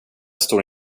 står